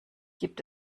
gibt